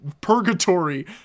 purgatory